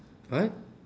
what